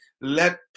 let